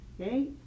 Okay